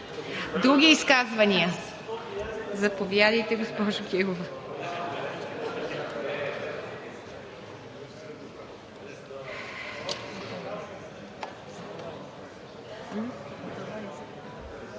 Други изказвания? Заповядайте, госпожо Кирова.